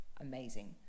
amazing